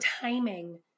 timing